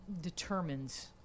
determines